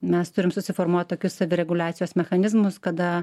mes turim susiformuot tokius savireguliacijos mechanizmus kada